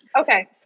Okay